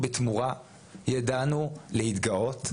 האם תמשיכו לתמוך בשקיעתה של הסטארט-אפ ניישן או שתפעלו לעצירת הטירוף?